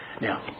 Now